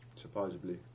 supposedly